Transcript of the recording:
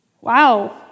Wow